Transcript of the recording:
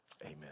amen